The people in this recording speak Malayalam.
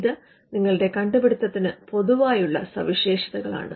ഇത് നിങ്ങളുടെ കണ്ടുപിടുത്തത്തിന് പൊതുവായുള്ള സവിശേഷതകളാണ്